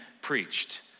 preached